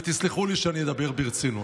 ותסלחו לי שאני אדבר ברצינות.